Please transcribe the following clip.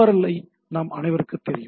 L ஐ நாம் அனைவருக்கும் தெரியும்